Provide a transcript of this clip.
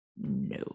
No